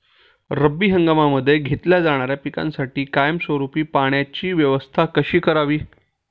रब्बी हंगामामध्ये घेतल्या जाणाऱ्या पिकांसाठी कायमस्वरूपी पाण्याची व्यवस्था कशी करावी?